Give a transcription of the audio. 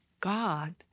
God